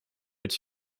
its